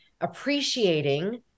appreciating